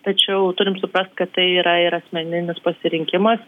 tačiau turim suprast kad tai yra ir asmeninis pasirinkimas